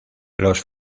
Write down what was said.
los